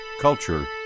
culture